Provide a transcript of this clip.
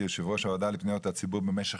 כיושב-ראש הוועדה לפניות הציבור במשך